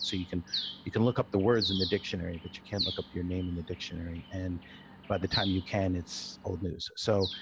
see, you can you can look up the words in the dictionary, but you can't look up your name in the dictionary, and by the time you can, it's old news. so,